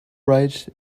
rights